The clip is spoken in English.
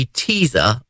teaser